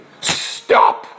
Stop